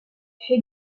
fut